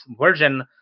version